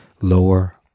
lower